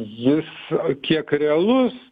jis kiek realus